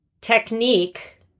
technique